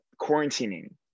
quarantining